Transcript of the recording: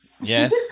yes